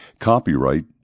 copyright